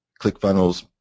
ClickFunnels